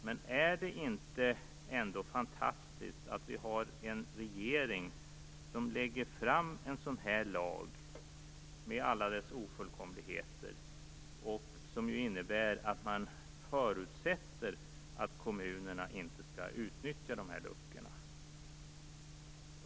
Men är det ändå inte fantastiskt att vi har en regering som lägger fram förslag till en sådan här lag med alla dess ofullkomligheter och som innebär att det förutsätts att kommunerna inte skall utnyttja de här luckorna?